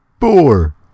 four